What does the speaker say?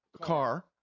car